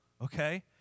okay